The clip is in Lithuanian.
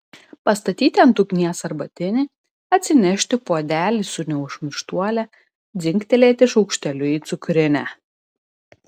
pastatyti ant ugnies arbatinį atsinešti puodelį su neužmirštuole dzingtelėti šaukšteliu į cukrinę